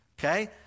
okay